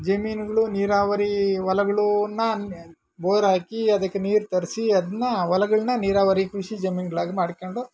ಜಮೀನ್ಗಳು ನೀರಾವರಿ ಹೊಲಗಳೂನ್ನ ಬೋರಾಕಿ ಅದಕ್ಕೆ ನೀರು ತರಿಸಿ ಅದನ್ನ ಹೊಲಗಳ್ನ ನೀರಾವರಿ ಕೃಷಿ ಜಮೀನುಗಳಾಗಿ ಮಾಡ್ಕೊಂಡು